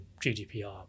GDPR